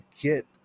get